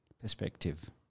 perspective